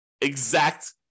exact